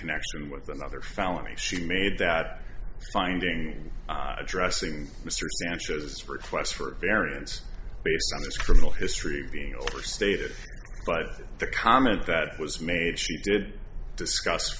connection with another felony she made that finding addressing mr sanchez's request for a variance based on his criminal history being overstated but the comment that was made she did discuss